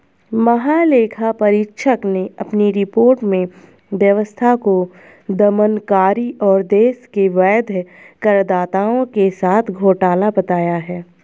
महालेखा परीक्षक ने अपनी रिपोर्ट में व्यवस्था को दमनकारी और देश के वैध करदाताओं के साथ घोटाला बताया है